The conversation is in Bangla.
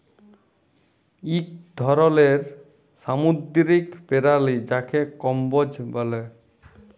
ইক ধরলের সামুদ্দিরিক পেরালি যাকে কম্বোজ ব্যলে